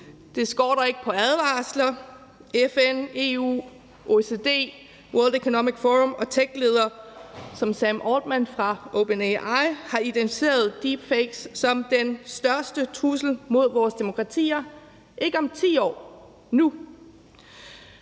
Det skorter ikke på advarsler, FN, EU, OECD, World Economic Forum og techledere som Sam Altman fra Open AI har identificeret deepfake som den største trussel mod vores demokratier, ikke om 10 år, men